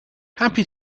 happy